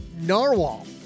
narwhal